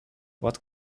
what